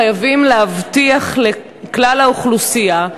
חייבים להבטיח לכלל האוכלוסייה,